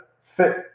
fit